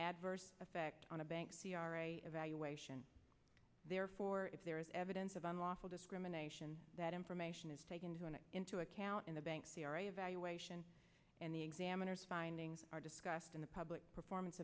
adverse effect on a bank c r a evaluation therefore if there is evidence of unlawful discrimination that information is taken into account in the bank c r a evaluation and the examiner's findings are discussed in the public performance